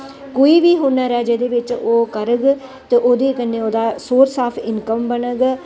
कोई बी हूनर ऐ जेह्दे बिच ओह् करग ते ओह्दे कन्नै ओह्दा सोर्स ऑफ इनकम बनग